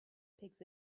pigs